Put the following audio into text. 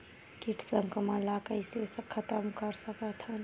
कीट संक्रमण ला कइसे खतम कर सकथन?